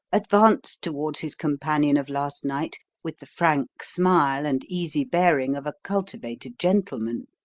advanced towards his companion of last night with the frank smile and easy bearing of a cultivated gentleman.